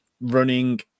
running